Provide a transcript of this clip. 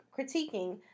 critiquing